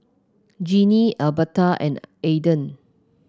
Jeanine Albertha and Aiden